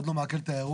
עוד לא מעכל את האירוע,